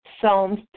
Psalms